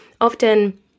often